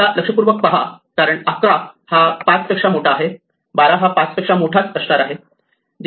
आता लक्षपूर्वक पाहा कारण 11 हा 5 पेक्षा मोठा आहे 12 हा 5 पेक्षा मोठाच असणार आहे